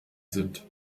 sind